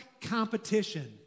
competition